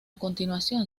continuación